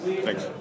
Thanks